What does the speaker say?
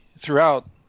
throughout